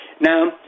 Now